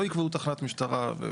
לא יקבעו תחנת משטרה.